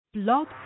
Blog